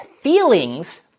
feelings